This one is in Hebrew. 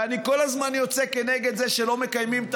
ואני כל הזמן יוצא כנגד זה שלא מקיימים את